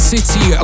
City